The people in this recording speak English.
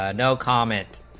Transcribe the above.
ah no comment